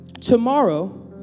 Tomorrow